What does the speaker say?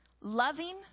loving